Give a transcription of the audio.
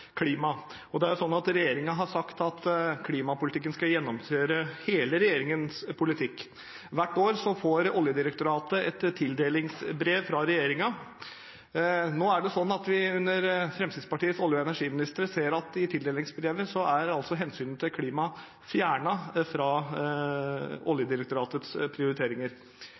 klima. Regjeringen har sagt at klimapolitikken skal gjennomsyre hele regjeringens politikk. Hvert år får Oljedirektoratet et tildelingsbrev fra regjeringen. Nå ser vi at under Fremskrittspartiets olje- og energiminister er hensynet til klima fjernet fra Oljedirektoratets prioriteringer i tildelingsbrevet.